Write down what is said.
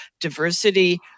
diversity